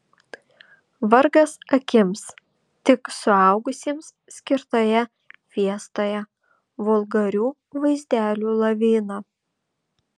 vargas akims tik suaugusiems skirtoje fiestoje vulgarių vaizdelių lavina